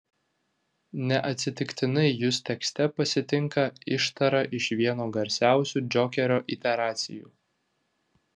neatsitiktinai jus tekste pasitinka ištara iš vieno garsiausių džokerio iteracijų